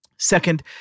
Second